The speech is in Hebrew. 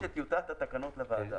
נגיש את טיוטת התקנות לוועדה.